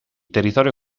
territorio